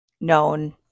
known